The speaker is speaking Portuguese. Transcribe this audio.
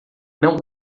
não